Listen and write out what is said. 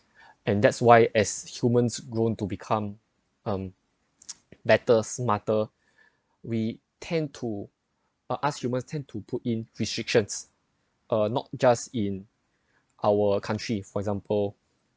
and that's why as humans grown to become um better smarter we tend to uh ask humans tend to put in restrictions uh not just in our country for example